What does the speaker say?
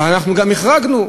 אבל אנחנו גם החרגנו,